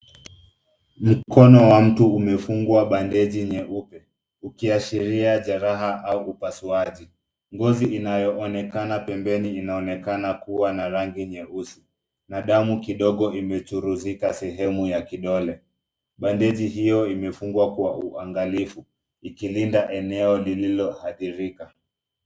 Mikono ya mtu umefungwa bandeji nyeupe ukiashiria jeraha au upasuaji. Ngozi inayoonekana pembeni inaonekana kuwa na rangi nyeusi na damu kidogo imechuruzika sehemu ya kidole. Bandeji hiyo imefungwa kwa uangalifu ikilinda eneo lililohadhirika. Mikono ya mtu umefungwa bandeji nyeupe ukiashiria jeraha au upasuaji. Ngozi inayoonekana pembeni inaonekana kuwa na rangi nyeusi na damu kidogo imechuruzika sehemu ya kidole. Bandeji hiyo imefungwa kwa uangalifu ikilinda eneo lililohadhirika.